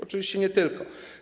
Oczywiście nie tylko.